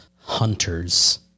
Hunters